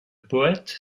poëte